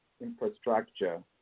infrastructure